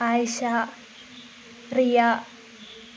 Ayisha Priya